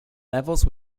levels